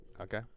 Okay